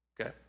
Okay